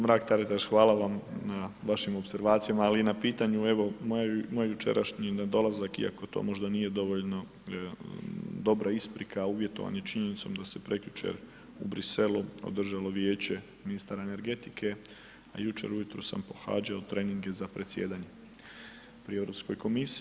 Mrak Taritaš, hvala vam na vašim opservacijama ali i na pitanju, evo moj jučer nedolazak iako to možda nije dovoljno dobra isprika uvjetovanih činjenicom da se prekjučer u Bruxellesu održalo Vijeće ministara energetike a jučer ujutro sam pohađao treninge za predsjedanje pri Europskoj komisiji.